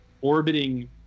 orbiting